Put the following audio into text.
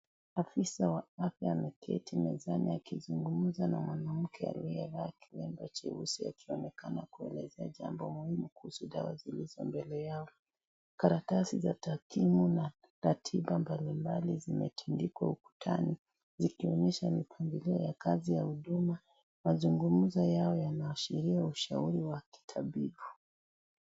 Afisa wa afya ameketi akizungumza na mwanamke aliyevaa kiremba cheusi, akionekana kuelezea jambo muhimu kuhusu dawa zilizo mbele yao, karatasi za takwimu na ratiba mbali mbali zimetundikwa ukutani, zikionyesha mipangilio ya kazi ya huduma, mazungumzo yao yanaashiria ushauri wa kitabibu.